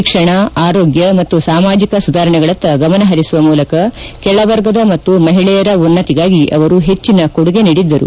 ಶಿಕ್ಷಣ ಆರೋಗ್ಯ ಮತ್ತು ಸಾಮಾಜಿಕ ಸುಧಾರಣೆಗಳತ್ತ ಗಮನಹರಿಸುವ ಮೂಲಕ ಕೆಳವರ್ಗದ ಮತ್ತು ಮಹಿಳೆಯರ ಉನ್ನತಿಗಾಗಿ ಹೆಚ್ಚನ ಕೊಡುಗೆ ನೀಡಿದ್ದರು